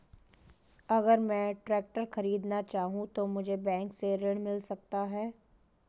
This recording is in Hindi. अगर मैं ट्रैक्टर खरीदना चाहूं तो मुझे बैंक से ऋण मिल सकता है?